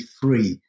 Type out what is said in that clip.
Free